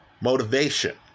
motivation